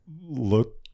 look